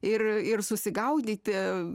ir ir susigaudyti